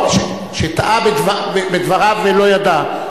לא, שטעה בדבריו ולא ידע.